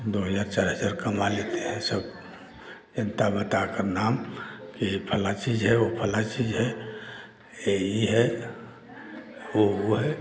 दो या चार हज़ार कमा लेते हैं सब इतना बताकर नाम कि यही फलाँ चीज़ है वह फलाँ चीज़ है यह ये है वह वो है